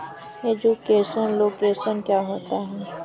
Education loan क्या होता है?